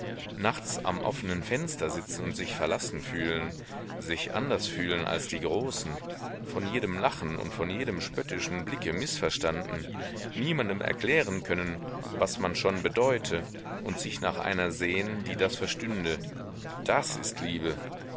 nachts am offenen fenster sitzen und sich verlassen fühlen sich anders fühlen als die großen von jedem lachen und von jedem spöttischen blicke mißverstanden niemandem erklären können was man schon bedeute und sich nach einer sehnen die das verstünde das ist liebe